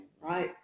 right